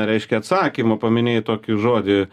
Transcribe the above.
reiškia atsakymą paminėjai tokį žodį